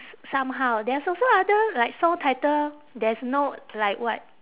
s~ somehow there's also other like song title there's no like what